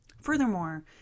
Furthermore